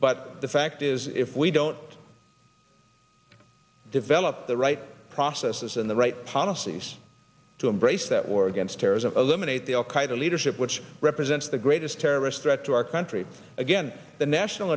but the fact is if we don't develop the right processes and the right policies to embrace that war against terrorism eliminate the al qaeda leadership which represents the greatest terrorist threat to our country again the national